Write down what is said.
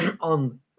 on